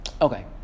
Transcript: Okay